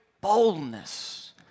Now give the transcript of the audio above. boldness